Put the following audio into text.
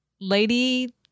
lady